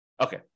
Okay